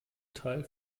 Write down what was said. teil